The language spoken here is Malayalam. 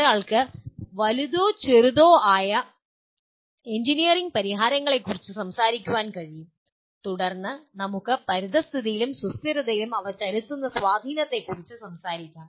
ഒരാൾക്ക് വലുതോ ചെറുതോ ആയ എഞ്ചിനീയറിംഗ് പരിഹാരങ്ങളെക്കുറിച്ച് സംസാരിക്കാൻ കഴിയും തുടർന്ന് നമുക്ക് പരിസ്ഥിതിയിലും സുസ്ഥിരതയിലും അവ ചെലുത്തുന്ന സ്വാധീനത്തെക്കുറിച്ച് സംസാരിക്കാം